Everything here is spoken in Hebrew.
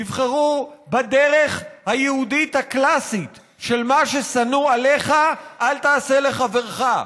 יבחרו בדרך היהודית הקלאסית של מה ששנוא עליך אל תעשה לחברך.